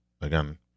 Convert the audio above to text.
again